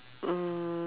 mm